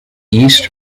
east